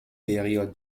période